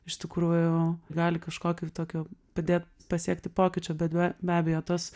iš tikrųjų gali kažkokio tokio padėt pasiekti pokyčio bet be be abejo tos